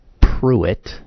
Pruitt